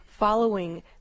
following